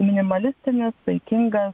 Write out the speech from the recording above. minimalistinis saikingas